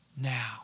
now